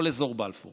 כל אזור בלפור